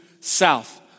south